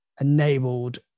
enabled